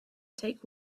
take